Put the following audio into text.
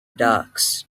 ducks